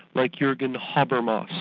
like jurgen habermas.